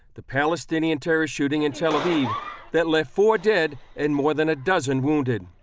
the palestinian terrorist shooting in tel aviv that left four dead and more than a dozen wounded.